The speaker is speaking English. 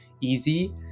easy